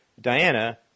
Diana